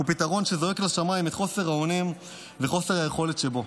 הוא פתרון שזועק לשמיים את חוסר האונים וחוסר היכולת שבו.